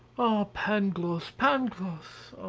pangloss! pangloss!